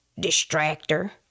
distractor